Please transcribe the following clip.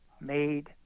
made